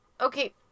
okay